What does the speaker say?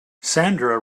sandra